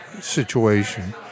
situation